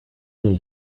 day